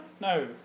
no